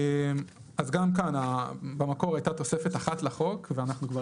אז גם כאן במקור הייתה תוספת אחת לחוק ואנחנו כבר